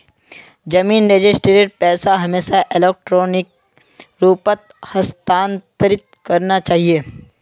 जमीन रजिस्ट्रीर पैसा हमेशा इलेक्ट्रॉनिक रूपत हस्तांतरित करना चाहिए